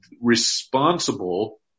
responsible